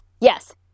Yes